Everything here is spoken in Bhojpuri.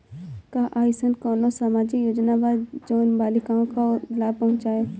का अइसन कोनो सामाजिक योजना बा जोन बालिकाओं को लाभ पहुँचाए?